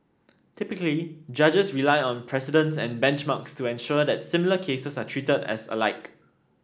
typically judges rely on precedents and benchmarks to ensure that similar cases are treated as alike